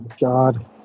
God